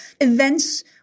events